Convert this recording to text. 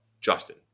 Justin